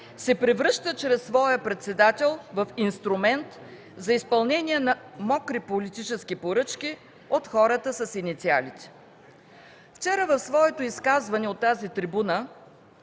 се превръща чрез своя председател в инструмент за изпълнение на мокри политически поръчки от хората с инициалите. Вчера в своето изказване от тази трибуна